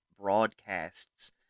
broadcasts